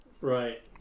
Right